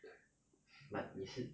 but 你是